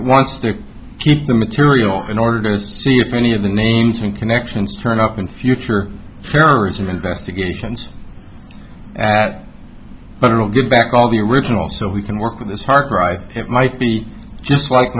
wants to keep the material in order to see if any of the names and connections turn up in future terrorism investigations but it will get back all the original so we can work on this hard drive it might be just like